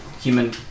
human